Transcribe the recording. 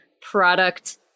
product